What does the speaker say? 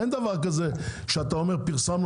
אין דבר כזה שאתה אומר: "פרסמנו,